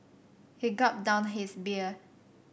he gulped down his beer